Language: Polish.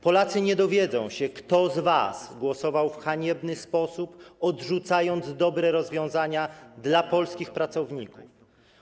Polacy nie dowiedzą się, kto z was głosował w haniebny sposób, odrzucając dobre rozwiązania dla polskich pracowników.